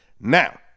Now